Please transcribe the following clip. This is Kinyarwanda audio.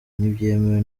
ntibyemewe